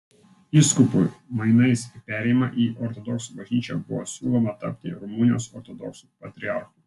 vyskupui mainais į perėjimą į ortodoksų bažnyčią buvo siūloma tapti rumunijos ortodoksų patriarchu